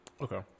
okay